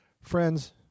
Friends